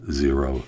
zero